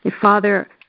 Father